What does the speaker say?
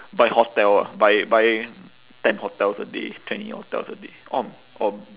buy hotel ah buy buy ten hotels a day twenty hotels a day orh or